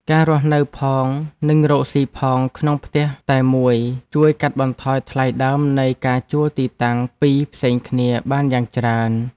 ការរស់នៅផងនិងរកស៊ីផងក្នុងផ្ទះតែមួយជួយកាត់បន្ថយថ្លៃដើមនៃការជួលទីតាំងពីរផ្សេងគ្នាបានយ៉ាងច្រើន។